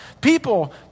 People